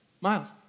miles